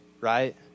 right